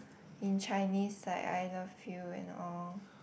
in Chinese like I love you and all